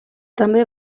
també